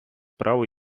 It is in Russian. брал